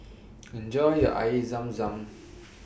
Enjoy your Air Zam Zam